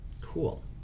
Cool